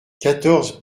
quatorze